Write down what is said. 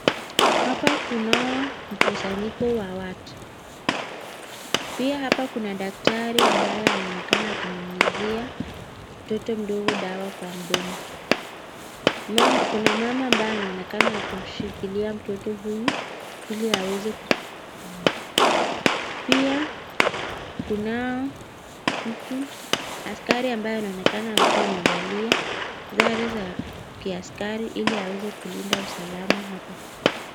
Hapa kunao mkusanyiko wa watu, pia hapa kuna daktari anayeonekana akimnyunyizia mtoto mdogo dawa kwa mdomo. Kuna mama ambaye anaonekana kumshikilia mtoto huyu ili aweze. Pia kuna mtu, askari ambaye anaonekana amevalia sare za kiaskari ili aweze kulinda usalama hapa.